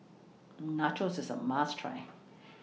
Nachos IS A must Try